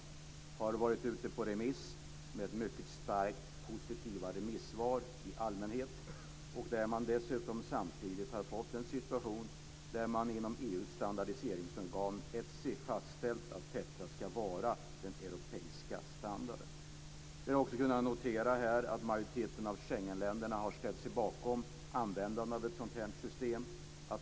Den har varit ute på remiss och fått mycket positiva remissvar. Dessutom har EU:s standardiseringsorgan fastställt att TETRA ska vara den europeiska standarden. Också majoriteten av Schengenländerna har ställt sig bakom användandet av ett sådant här system.